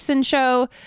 show